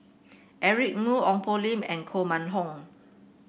Eric Moo Ong Poh Lim and Koh Mun Hong